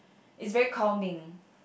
it's very calming